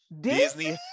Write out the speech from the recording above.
disney